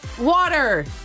water